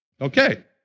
Okay